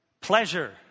Pleasure